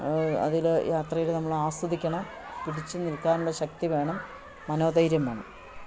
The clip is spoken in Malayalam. അതിൽ യാത്രയിൽ നമ്മളാസ്വദിക്കണം പിടിച്ചു നിൽക്കാനുള്ള ശക്തി വേണം മനോധൈര്യം വേണം